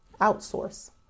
outsource